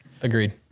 Agreed